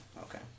okay